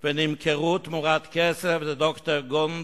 חכמינו ז"ל קבעו: